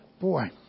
boy